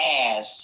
ass